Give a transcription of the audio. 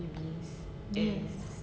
yes